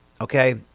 Okay